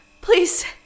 Please